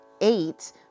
eight